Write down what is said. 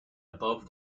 above